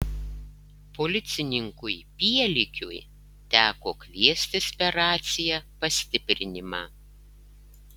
policininkui pielikiui teko kviestis per raciją pastiprinimą